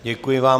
Děkuji vám.